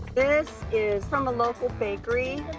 this is from a local bakery.